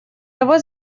его